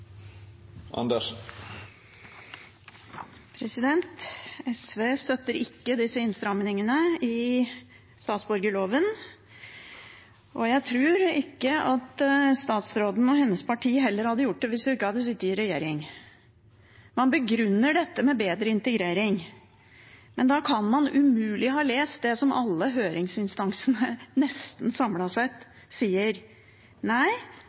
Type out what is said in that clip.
statsborgerloven, og jeg tror ikke statsråden og hennes parti heller hadde gjort det hvis hun ikke hadde sittet i regjering. Man begrunner dette med bedre integrering, men da kan man umulig ha lest det som alle høringsinstanser, nesten